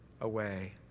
away